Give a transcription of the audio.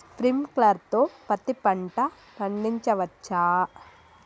Sprinkler తో పత్తి పంట పండించవచ్చా?